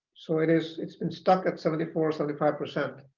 so it is it's been stuck at seventy four, seventy five percent.